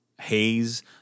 haze